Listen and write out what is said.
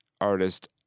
artist